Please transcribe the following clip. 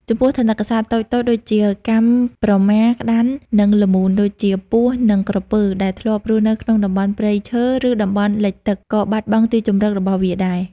ចំពោះ ថនិកសត្វតូចៗដូចជា កាំប្រមា ក្តាន់ និងល្មូនដូចជា ពស់ និងក្រពើ ដែលធ្លាប់រស់នៅក្នុងតំបន់ព្រៃឈើ ឬតំបន់លិចទឹក ក៏បាត់បង់ទីជម្រករបស់វាដែរ។